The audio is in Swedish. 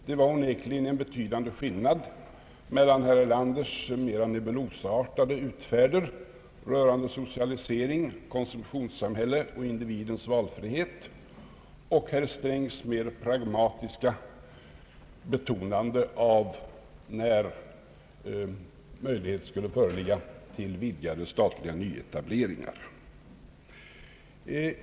Det var onekligen en betydande skillnad mellan herr Erlandders mera nebulosaartade utfärder rörande socialisering, konsumtionssamhälle och individens valfrihet och herr Strängs mer pragmatiska betonande av när möjlighet skulle föreligga till vidgade statliga nyetableringar.